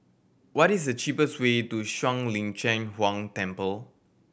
what is the cheapest way to Shuang Lin Cheng Huang Temple